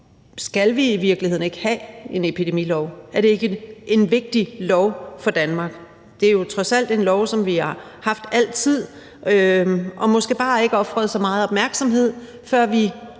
skal vi i virkeligheden ikke have en epidemilov? Er det ikke en vigtig lov for Danmark? Det er jo trods alt en lov, som vi har haft altid og måske bare ikke har ofret så meget opmærksomhed, før vi